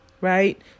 right